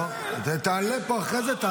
זה לא בגלל שאתה